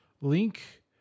link